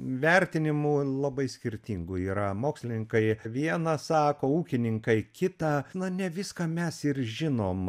vertinimų labai skirtingų yra mokslininkai vieną sako ūkininkai kitą na viską mes ir žinom